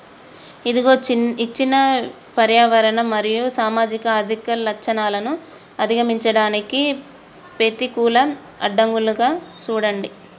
ఇదిగో ఇచ్చిన పర్యావరణ మరియు సామాజిక ఆర్థిక లచ్చణాలను అధిగమించడానికి పెతికూల అడ్డంకులుగా సూడండి